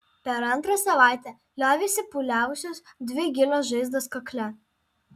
per antrą savaitę liovėsi pūliavusios dvi gilios žaizdos kakle